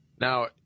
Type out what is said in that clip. Now